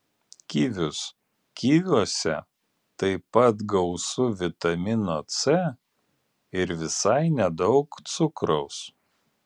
kivius kiviuose taip pat gausu vitamino c ir visai nedaug cukraus